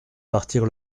partir